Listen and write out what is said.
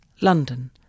London